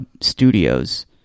studios